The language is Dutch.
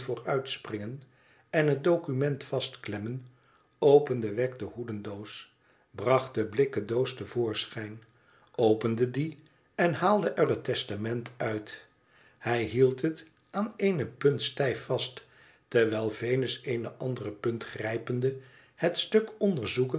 vooruitspringen en het document vastklemmen opende wegg de hoededoos bracht de blikken doos te voorschijn opende die en haalde er het testament uit hij hield het aan eene punt stijf vast terwijl venus eene andere punt grijpende het stuk onderzoekend